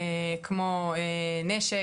כמו נשק,